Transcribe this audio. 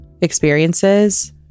experiences